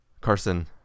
Carson